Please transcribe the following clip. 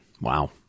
Wow